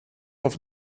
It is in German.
auf